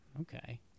Okay